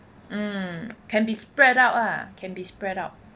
um can be spread out ah can be spread out